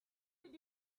did